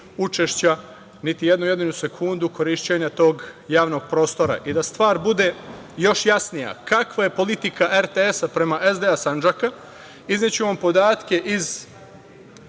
učešća, niti jednu jedinu sekundu korišćenja tog javnog prostora. Da stvar bude još jasnija, kakva je politika RTS prema SDA Sandžaka, izneću vam podatke iz